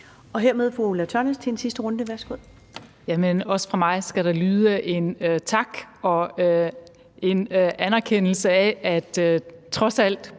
er det fru Ulla Tørnæs til den sidste runde. Værsgo.